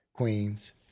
Queens